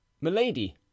milady